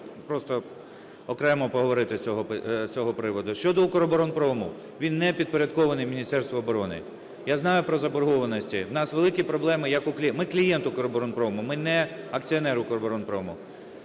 просто окремо поговорити з цього приводу. Щодо "Укроборонпрому". Він не підпорядкований Міністерству оборони. Я знаю про заборгованості, у нас великі проблеми… ми – клієнт "Укроборонпрому", ми не акціонер "Укроборонпрому".